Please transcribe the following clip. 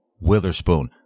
Witherspoon